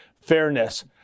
fairness